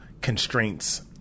constraints